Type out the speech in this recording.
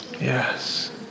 Yes